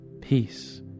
peace